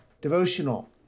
devotional